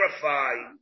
verify